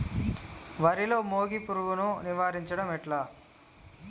వరిలో మోగి పురుగును నివారించడం ఎట్లా?